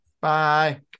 Bye